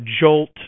jolt